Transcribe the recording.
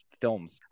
films